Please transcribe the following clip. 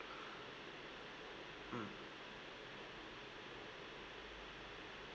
mm